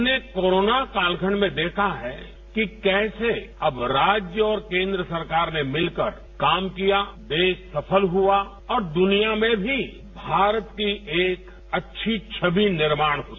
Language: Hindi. हमने कोरोना कालखंड में देखा है कि कैसे अब राज्य और केंद्र सरकार ने मिलकर काम किया देश सफल हुआ और दुनिया में भी भारत की एक अच्छी छवि निर्माण हुई